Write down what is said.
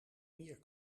meer